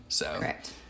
Correct